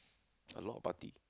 a lot of party